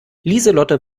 lieselotte